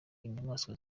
inyamaswa